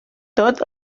tot